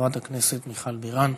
חברת הכנסת מיכל בירן.